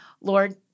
Lord